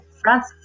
France